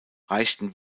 reichten